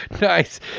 Nice